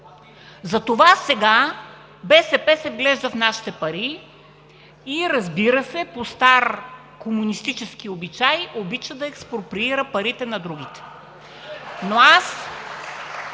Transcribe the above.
затова сега БСП се вглежда в нашите пари и, разбира се, по стар, комунистически обичай, обича да експроприира парите на другите.